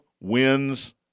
wins